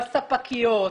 בספקיות,